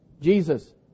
Jesus